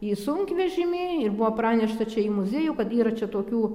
į sunkvežimį ir buvo pranešta čia į muziejų kad yra čia tokių